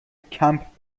کمپ